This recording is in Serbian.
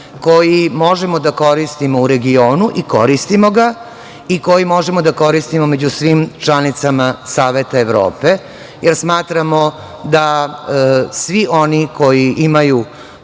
koji možemo da koristimo u regionu, i koristimo ga, i koji možemo da koristimo među svim članicama Saveta Evrope, jer smatramo da svi oni koji imaju